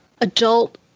adult